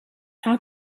how